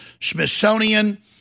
Smithsonian